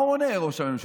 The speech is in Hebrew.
מה הוא עונה, ראש הממשלה?